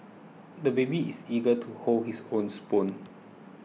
the baby is eager to hold his own spoon